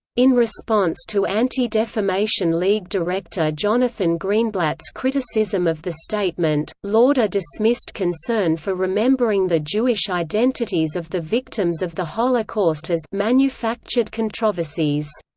in response to anti-defamation league director jonathan greenblatt's criticism of the statement, lauder dismissed concern for remembering the jewish identities of the victims of the holocaust as manufactured controversies.